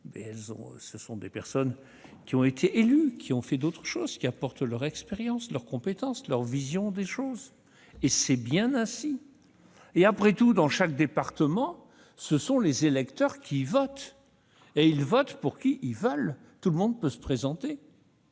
eu. Ces personnes, qui ont été élues après avoir eu d'autres activités, nous apportent leur expérience, leurs compétences et leur vision des choses. C'est très bien ainsi ! Après tout, dans chaque département, ce sont les électeurs qui votent, et ils votent pour qui ils veulent. Tout le monde peut se présenter,